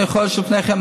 חודש לפני כן,